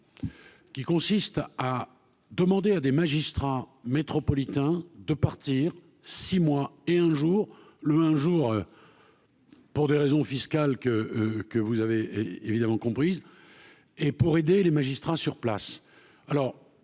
Qui consiste à demander à des magistrats métropolitains de partir six mois et un jour le un jour pour des raisons fiscales que que vous avez évidemment et pour aider les magistrats sur place,